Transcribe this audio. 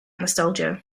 nostalgia